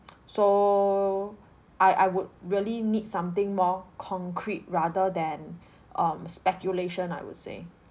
so I I would really need something more concrete rather than um speculation I would say